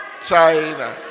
China